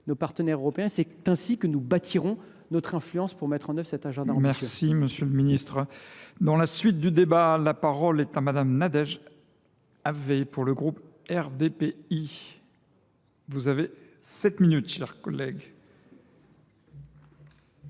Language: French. nos partenaires européens. C’est ainsi que nous bâtirons notre influence pour mettre en œuvre cet agenda.